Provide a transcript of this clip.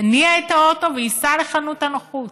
יניע את האוטו וייסע לחנות הנוחות.